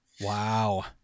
Wow